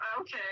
okay